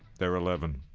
they're eleven.